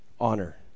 Honor